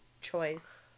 choice